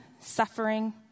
suffering